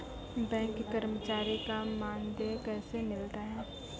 Bank कर्मचारी का मानदेय कैसे मिलता हैं?